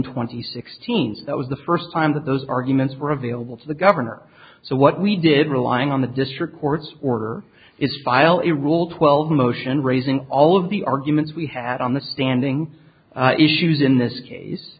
twenty six teams that was the first time that those arguments were available to the governor so what we did relying on the district court's order it's file it roll twelve a motion raising all of the arguments we had on the standing issues in this case